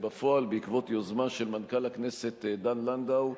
בפועל בעקבות יוזמה של מנכ"ל הכנסת דן לנדאו,